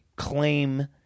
Claim